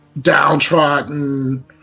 downtrodden